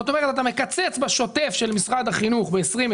זאת אומרת, אתה מקצץ בשוטף של משרד החינוך ב-2021.